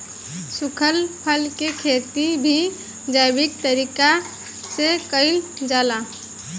सुखल फल के खेती भी जैविक तरीका से कईल जाला